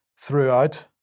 Throughout